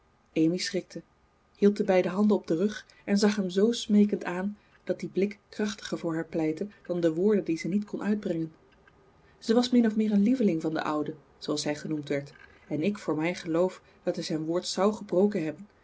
amy schrikte hield de beide handen op den rug en zag hem zoo smeekend aan dat die blik krachtiger voor haar pleitte dan de woorden die ze niet kon uitbrengen ze was min of meer een lieveling van den oude zooals hij genoemd werd en ik voor mij geloof dat hij zijn woord zou gebroken hebben